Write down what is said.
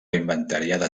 inventariada